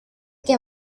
que